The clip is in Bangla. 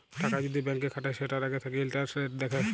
টাকা যদি ব্যাংকে খাটায় সেটার আগে থাকে ইন্টারেস্ট রেট দেখে